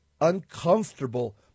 uncomfortable